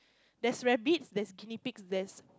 there's rabbit there's Guinea pig there's